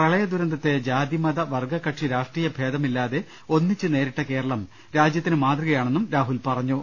പ്രളയ ദുരന്തത്തെ ജാതി മത വർഗ്ഗ കക്ഷി രാഷ്ട്രീയ ഭേദമില്ലാതെ ഒന്നിച്ച് നേരിട്ട കേരളം രാജ്യത്തിന് മാതൃ കയാണെന്ന് രാഹുൽ പറഞ്ഞു